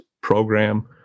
program